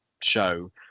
show